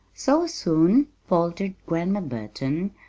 so soon? faltered grandma burton,